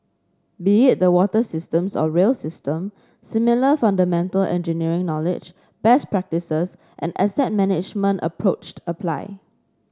be it the water systems or rail system similar fundamental engineering knowledge best practices and asset management approached apply